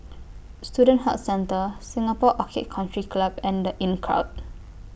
Student Health Centre Singapore Orchid Country Club and The Inncrowd